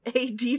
AD